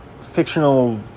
fictional